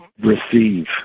receive